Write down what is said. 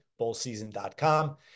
bowlseason.com